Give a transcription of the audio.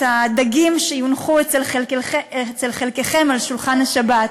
הדגים שיונחו אצל חלקכם על שולחן השבת,